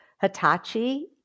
Hitachi